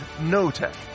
no-tech